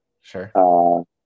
sure